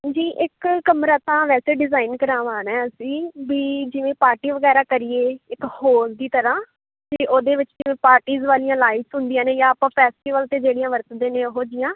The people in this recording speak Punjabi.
ਜੀ ਇੱਕ ਕਮਰਾ ਤਾਂ ਵੈਸੇ ਡਿਜਾਇਨ ਕਰਵਾਉਣਾ ਅਸੀਂ ਵੀ ਜਿਵੇਂ ਪਾਰਟੀ ਵਗੈਰਾ ਕਰੀਏ ਇੱਕ ਹੋਲ ਦੀ ਤਰ੍ਹਾਂ ਅਤੇ ਉਹਦੇ ਵਿੱਚ ਪਾਰਟੀਜ ਵਾਲੀਆਂ ਲਾਈਟਸ ਹੁੰਦੀਆਂ ਨੇ ਜਾਂ ਆਪਾਂ ਫੈਸਟੀਵਲਜ 'ਤੇ ਜਿਹੜੀਆਂ ਵਰਤਦੇ ਨੇ ਉਹੋ ਜਿਹੀਆਂ